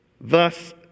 Thus